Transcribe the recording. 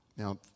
Now